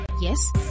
Yes